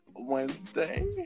wednesday